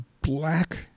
black